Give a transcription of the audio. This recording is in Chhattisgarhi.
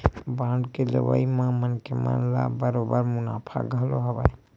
बांड के लेवई म मनखे मन ल बरोबर मुनाफा घलो हवय